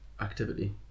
activity